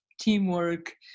teamwork